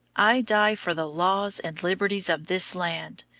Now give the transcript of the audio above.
i die for the laws and liberties of this land,